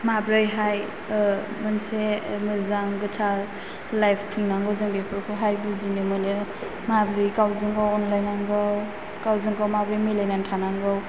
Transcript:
माबोरैहाय मोनसे मोजां गोथार लाइफ खुंनांगौ जों बेफोरखौ हाय बुजिनो मोनो माबोरै गावजों गाव अनलायनांगौ गावजों गाव माबोरै मिलायनानै थानांगौ